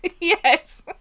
Yes